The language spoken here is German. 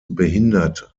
behindert